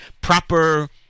proper